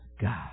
God